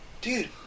dude